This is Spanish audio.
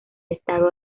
estado